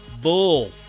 bull